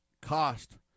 cost